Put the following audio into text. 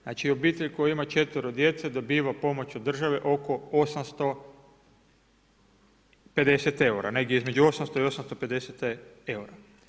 Znači obitelj koja ima 4.-ro djece dobiva pomoć od države oko 850 eura, negdje između 800 i 850 eura.